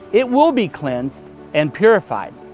it will be cleansed and purified.